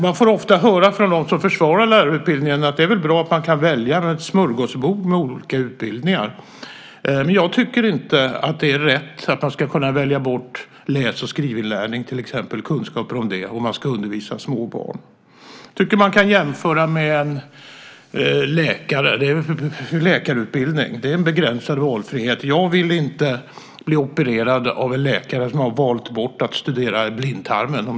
Man får ofta höra från dem som försvarar lärarutbildningen att det väl är bra att man kan välja från ett smörgåsbord med olika utbildningar. Men jag tycker inte att det är rätt att man ska kunna välja bort till exempel kunskaper i läs och skrivinlärning om man ska undervisa små barn. Jag tycker att man kan jämföra med läkarutbildningen. Det är en begränsad valfrihet. Om jag får ont i blindtarmen vill jag inte bli opererad av en läkare som har valt bort att studera blindtarmen.